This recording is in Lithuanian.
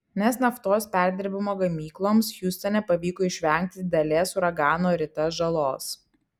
nes naftos perdirbimo gamykloms hiūstone pavyko išvengti didelės uragano rita žalos